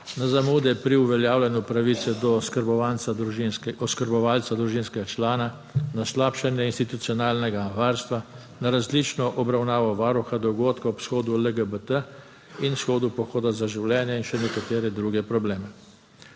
na zamude pri uveljavljanju pravice do oskrbovalca družinskega člana, na slabšanje institucionalnega varstva, na različno obravnavo Varuha dogodka ob shodu LGBT in shoda Pohoda za življenje in še nekatere druge probleme.